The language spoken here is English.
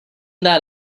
that